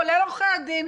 כולל עורכי הדין,